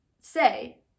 say